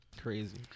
Crazy